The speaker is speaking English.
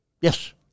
Yes